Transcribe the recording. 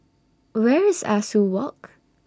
Where IS Ah Soo Walk